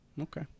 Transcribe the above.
Okay